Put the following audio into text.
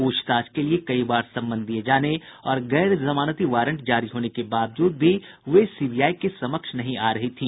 पूछताछ के लिए कई बार समन दिये जाने और गैर जमानती वारंट जारी होने के बावजूद भी वे सीबीआई के समक्ष नहीं आ रही थी